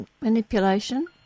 manipulation